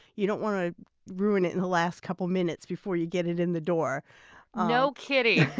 you don't want to ruin it in the last couple minutes before you get it in the door no kidding